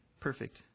perfect